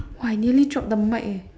!wah! I nearly drop the mic leh